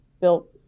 built